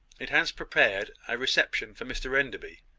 it has prepared a reception for mr enderby.